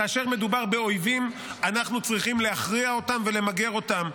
כאשר מדובר באויבים אנחנו צריכים להכריע אותם ולמגר אותם,